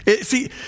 See